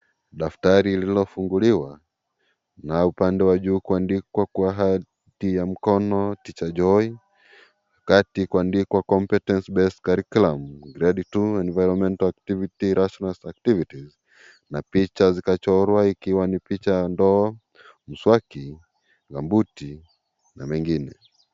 Daftari lililofunguliwa na upande wa juu kuandikwa kwa hati ya mkono Teacher Joy , kati kuandikwa Competency Based Curriculum GRADE 2 ENVIRONMENTAL ACTIVITIES RATIONALISED ACTIVITIES na picha zikachorwa ikiwa ni picha ya ndoo, mswaki, mabuti na mengine.